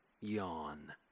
yawn